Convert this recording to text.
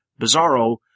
Bizarro